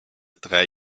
drei